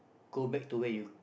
go back to where you